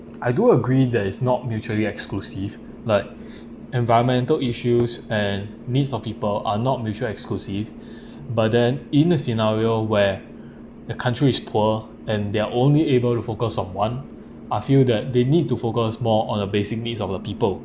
I do agree that is not mutually exclusive like environmental issues and needs of people are not mutual exclusive but then in a scenario where the country is poor and they're only able to focus on one I feel that they need to focus more on a basic needs of the people